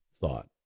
thought